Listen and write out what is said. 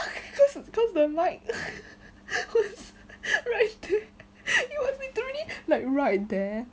cause cause the mike is right there you want to tune in right there